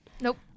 nope